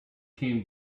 came